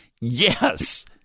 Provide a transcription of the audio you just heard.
Yes